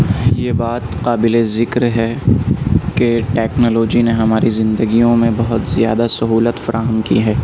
یہ بات قابل ذکر ہے کہ ٹکنالوجی نے ہماری زندگیوں میں بہت زیادہ سہولت فراہم کی ہے